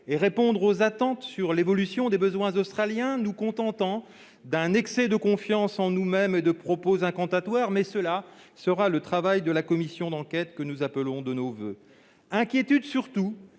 de répondre aux attentes par rapport à l'évolution des besoins australiens, nous contentant plutôt d'un excès de confiance en nous-mêmes et de propos incantatoires ; cela sera l'objet de la commission d'enquête que nous appelons de nos voeux. Nous ressentons